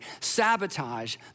sabotage